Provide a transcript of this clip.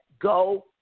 go